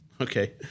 Okay